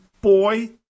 boy